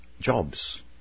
jobs